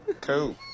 cool